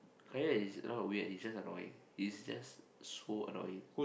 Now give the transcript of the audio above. Kai Yan is not weird he is just annoying he is just so annoying